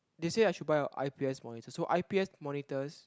they say I should buy a I_P_S monitor so I_P_S monitors